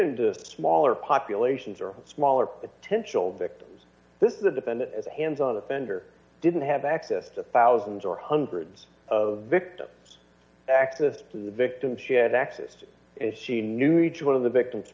the smaller populations or smaller potential victims this is a dependent as a hands on offender didn't have access to thousands or hundreds of victims access to the victims she had access and she knew each one of the victims